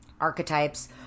archetypes